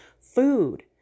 food